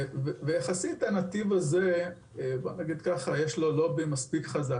יחסית, לנתיב הזה יש לובי מספיק חזק.